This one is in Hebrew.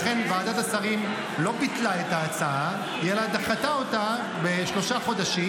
לכן ועדת השרים לא ביטלה את ההצעה אלא דחתה אותה בשלושה חודשים,